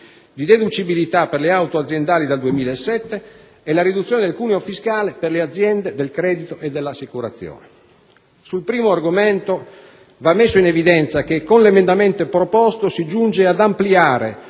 di deducibilità per le auto aziendali dal 2007 e la riduzione del cuneo fiscale per le aziende del credito e dell'assicurazione. Sul primo argomento, va messo in evidenza che, con l'emendamento proposto, si giunge ad ampliare,